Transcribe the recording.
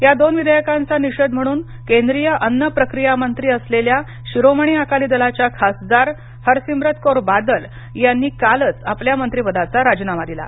या दोन विधेयकांचा निषेध म्हणून केंद्रीय अन्न प्रक्रिया मंत्री असलेल्या शिरोमणी अकाली दलाच्या खासदार हर सिमरत कौर बादल यांनी कालच आपल्या मंत्रीपदाचा राजीनामा दिला